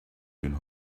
been